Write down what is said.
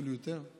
אפילו יותר.